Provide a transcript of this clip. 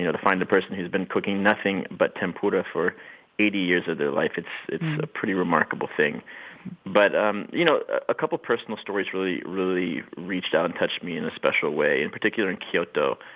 you know to find a person who's been cooking nothing but tempura for eighty years of their life, it's it's a pretty remarkable thing but um you know a couple personal stories really, really reached out and touched me in a special way. in particular, in kyoto,